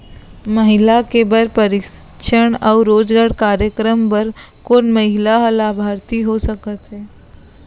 महिला के बर प्रशिक्षण अऊ रोजगार कार्यक्रम बर कोन महिला ह लाभार्थी हो सकथे?